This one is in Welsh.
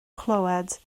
clywed